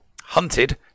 hunted